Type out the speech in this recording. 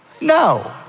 No